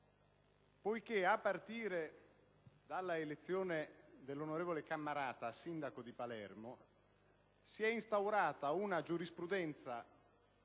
a partire dall'elezione dell'onorevole Cammarata a sindaco di Palermo, si è instaurata una giurisprudenza